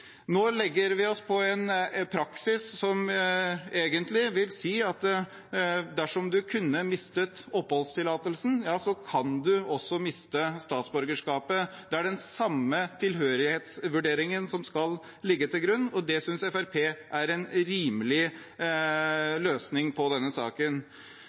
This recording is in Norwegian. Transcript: Nå legger vi oss på en praksis som egentlig vil si at dersom du kunne mistet oppholdstillatelsen, kan du også miste statsborgerskapet. Det er den samme tilhørighetsvurderingen som skal ligge til grunn, og det synes Fremskrittspartiet er en rimelig løsning på denne saken.